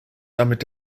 damit